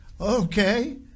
Okay